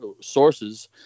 sources